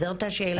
זאת השאלה שלי.